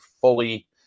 fully